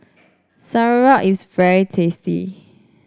sauerkraut is very tasty